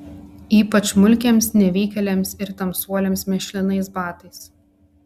ypač mulkiams nevykėliams ir tamsuoliams mėšlinais batais